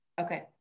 Okay